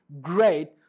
great